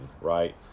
right